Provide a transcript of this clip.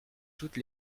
toutes